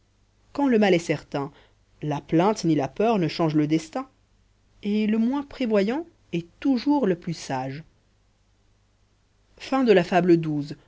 quand le mal est certain la plainte ni la peur ne changent le destin et le moins prévoyant est toujours le plus sage